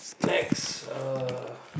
next uh